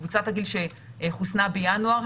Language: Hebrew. קבוצת הגיל שחוסנה בינואר,